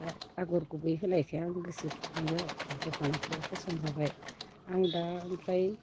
दा आगर गुबै होनायखाय आं गोसोथोनाय जाबाय दख'नाखो फसन जाबाय आं दा ओमफ्राय